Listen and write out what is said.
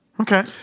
Okay